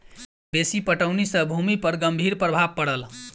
बेसी पटौनी सॅ भूमि पर गंभीर प्रभाव पड़ल